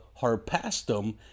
Harpastum